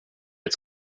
its